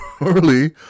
early